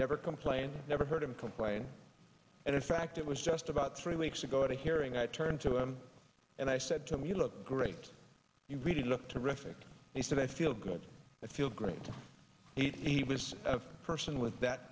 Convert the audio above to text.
never complain never heard him complain and if fact it was just about three weeks ago at a hearing i turned to him and i said to him you look great you really look terrific he said i feel good i feel great he was a person with that